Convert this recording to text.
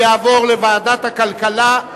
ויעבור לוועדת הכלכלה.